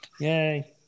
yay